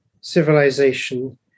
civilization